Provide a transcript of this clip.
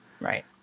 Right